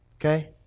Okay